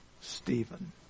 Stephen